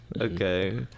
Okay